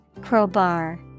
Crowbar